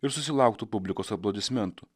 ir susilauktų publikos aplodismentų